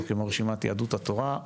או כמו רשימת יהדות התורה,